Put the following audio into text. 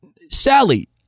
Sally